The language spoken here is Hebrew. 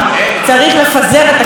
ויפה שעה אחת קודם,